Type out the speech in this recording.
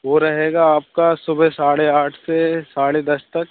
वह रहेगा आपका सुबह साढ़े आठ से साढ़े दस तक